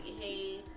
hey